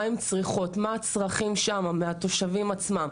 מה הן צריכות, מה הצרכים שם, מהתושבים עצמם.